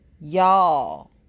y'all